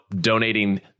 donating